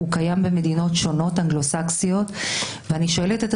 הוא קיים במדינות אנגלוסקסיות שונות,